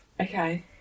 Okay